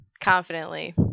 Confidently